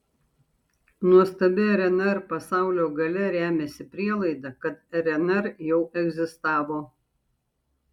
nuostabi rnr pasaulio galia remiasi prielaida kad rnr jau egzistavo